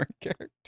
character